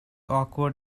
awkward